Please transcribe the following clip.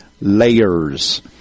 layers